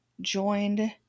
joined